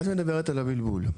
את מדברת על הבלבול,